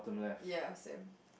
ya same